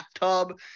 bathtub